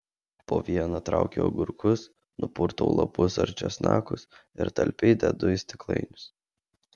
po vieną traukiu agurkus nupurtau lapus ar česnakus ir talpiai dedu į stiklainius